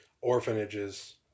orphanages